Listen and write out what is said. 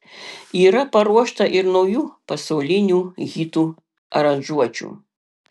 yra paruošta ir naujų pasaulinių hitų aranžuočių